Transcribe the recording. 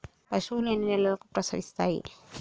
పశువులు ఎన్ని నెలలకు ప్రసవిస్తాయి?